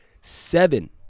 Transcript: seven